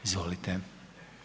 Izvolite.